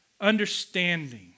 understanding